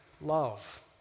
love